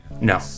No